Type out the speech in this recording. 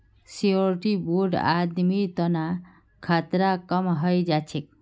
surety bond आदमीर तना खतरा कम हई जा छेक